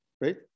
right